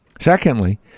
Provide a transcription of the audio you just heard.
Secondly